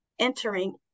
Entering